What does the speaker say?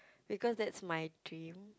because that's my dream